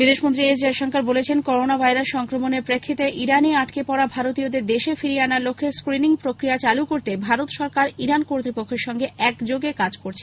বিদেশমন্ত্রী বলেছেন corona virus সংক্রমণের প্রেক্ষিতে ইরানে আটকে পড়া ভারতীয়দের দেশে ফিরিয়ে আনার লক্ষ্যে স্ক্রিনিং প্রক্রিয়া চালু করতে ভারত সরকার ইরান কর্তৃপক্ষের সঙ্গে একযোগে কাজ করছে